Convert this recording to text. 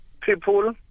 people